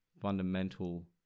fundamental